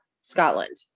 Scotland